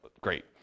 great